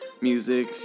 music